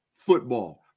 football